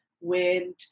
wind